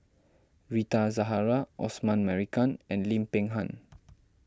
Rita Zahara Osman Merican and Lim Peng Han